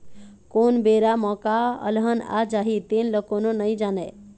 कोन बेरा म का अलहन आ जाही तेन ल कोनो नइ जानय